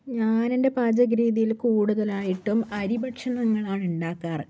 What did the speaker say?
ഞാൻ എൻ്റെ പാചക രീതിയിൽ കൂടുതലായിട്ടും അരി ഭക്ഷണങ്ങളാണ് ഉണ്ടാക്കാറ്